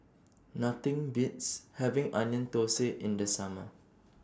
Nothing Beats having Onion Thosai in The Summer